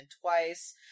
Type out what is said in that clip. Twice